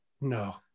no